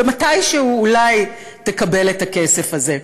ומתישהו אולי תקבל את הכסף הזה.